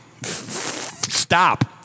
Stop